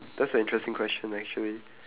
that's an interesting question actually